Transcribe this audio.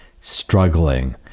struggling